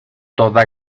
toda